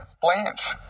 Blanche